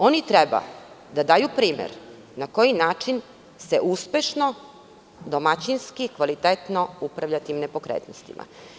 Oni treba da daju primer na koji način se uspešno, domaćinski, kvalitetno upravljati nepokretnostima.